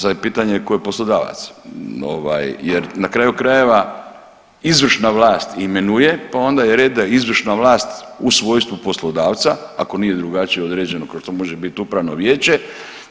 Sad je pitanje tko je poslodavac ovaj jer na kraju krajeva izvršna vlast imenuje pa onda je red da izvršna vlast u svojstvu poslodavca ako nije drugačije određeno kao što može biti upravno vijeće